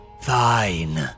Fine